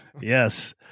Yes